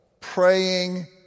praying